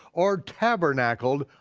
or tabernacled,